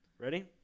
Ready